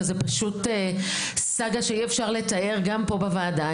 שזה פשוט סאגה שאי-אפשר לתאר גם פה בוועדה.